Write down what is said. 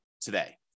today